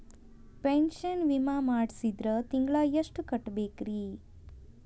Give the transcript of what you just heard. Pension ವಿಮಾ ಮಾಡ್ಸಿದ್ರ ತಿಂಗಳ ಎಷ್ಟು ಕಟ್ಬೇಕ್ರಿ?